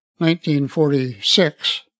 1946